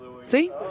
See